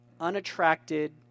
unattracted